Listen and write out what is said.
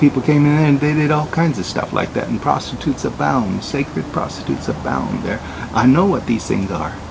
people came in and they did all kinds of stuff like that and prostitutes abound sacred prostitutes abound there i know what these things are